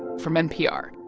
from npr